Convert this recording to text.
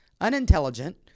unintelligent